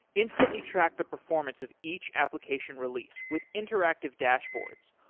instantly track the performance of each application release with interactive dashboards.